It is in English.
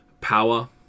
power